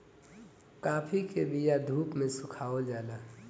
काफी के बिया के धूप में सुखावल जाला